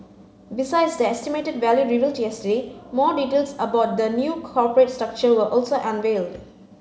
besides the estimated value revealed yesterday more details about the new corporate structure were also unveiled